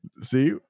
See